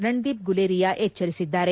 ರಂದೀಪ್ ಗುಲೇರಿಯಾ ಎಚ್ಚರಿಸಿದ್ದಾರೆ